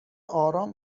آرام